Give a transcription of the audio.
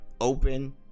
open